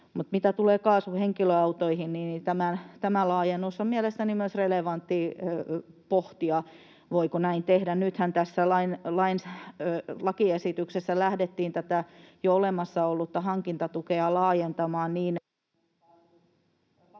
Mutta mitä tulee kaasuhenkilöautoihin, niin tätä laajennusta on mielestäni myös relevanttia pohtia, sitä, voiko näin tehdä. Nythän tässä lakiesityksessä lähdettiin tätä jo olemassa ollutta hankintatukea laajentamaan niin, että